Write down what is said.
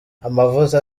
amavuta